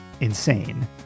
insane